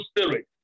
spirit